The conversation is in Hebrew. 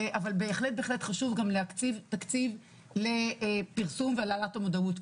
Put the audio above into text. אבל בהחלט חשוב גם להקציב תקציב לפרסום והעלאת המודעות,